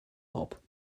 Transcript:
hop